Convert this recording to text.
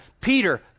Peter